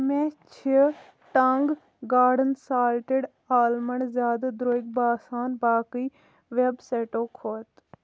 مےٚ چھ Tong Garden salted almond زیادٕ درٛۅگۍ باسان باقٕے ویٚب سایٹَو کھۄتہٕ